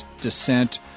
descent